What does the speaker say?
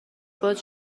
باز